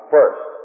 First